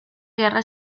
guerra